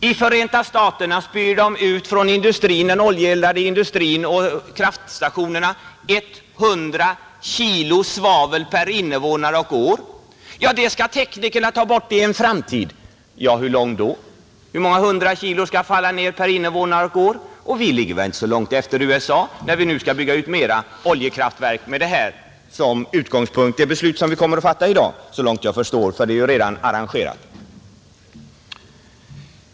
I Förenta staterna spyr den oljeeldade industrin och kraftstationerna ut 100 kg svavel per invånare och år. Det skall teknikerna ta bort i en framtid — ja, hur lång då? Hur många 100 kg skall falla ned per invånare och år? Vi ligger väl inte så långt efter USA när vi nu skall bygga ut flera oljekraftverk med utgångspunkt från det beslut som vi kommer att fatta i dag, såvitt jag förstår, för det är ju redan arrangerat.